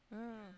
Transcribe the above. mm